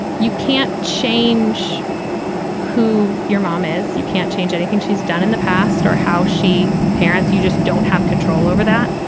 you can't change who your mom is. you can't change anything she's done in the past or how she parents. you just don't have control over that.